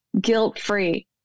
guilt-free